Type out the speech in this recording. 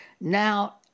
now